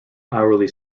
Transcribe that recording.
hourly